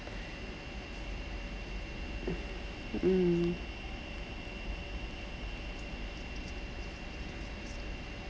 mm